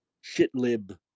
shit-lib